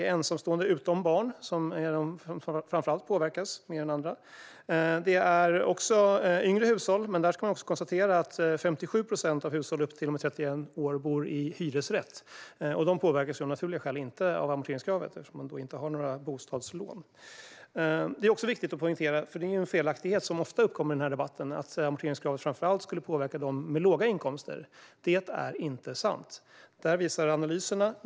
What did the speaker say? Mer än andra påverkas ensamstående utan barn. Även yngre hushåll påverkas. Dock bor 57 procent av hushåll upp till och med 31 år i hyresrätt, och de påverkas av naturliga skäl inte av amorteringskravet eftersom de inte har några bostadslån. En felaktighet som ofta förekommer i debatten är att amorteringskravet framför allt påverkar dem med låga inkomster. Det är inte sant.